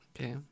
okay